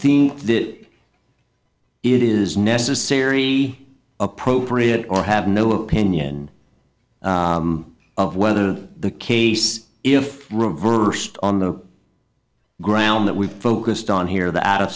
think that it is necessary appropriate or have no opinion of whether the case if reversed on the ground that we focused on here the out of